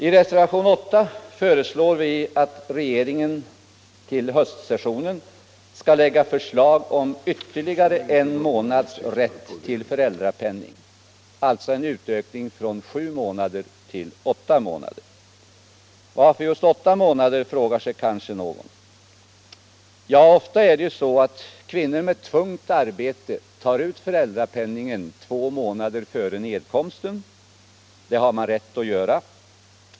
; I reservationen 8 föreslår vi att regeringen till höstsessionen skall lägga fram förslag om rätt till ytterligare en månads föräldrapenning, alltså en utökning från sju månader till åtta. Varför just åtta månader? frågar sig kanske någon. Ofta tar kvinnor med tungt arbete ut föräldrapenningen under två månader före nedkomsten. Det har de rätt att göra.